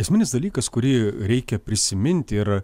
esminis dalykas kurį reikia prisiminti yra